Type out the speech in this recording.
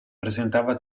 presentava